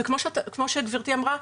וכמו שגברתי אמרה,